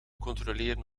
controleren